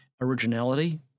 originality